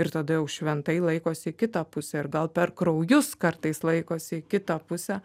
ir tada jau šventai laikosi į kitą pusę ir gal per kraujus kartais laikosi kito pusę